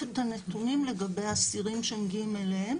את הנתונים לגבי אסירים שמגיעים אליהם,